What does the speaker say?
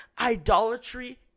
idolatry